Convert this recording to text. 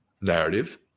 narrative